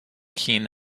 keen